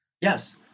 Yes